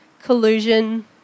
Collusion